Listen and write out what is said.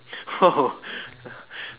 oh